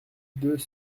deux